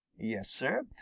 yes, sir,